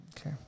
Okay